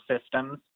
systems